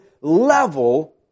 level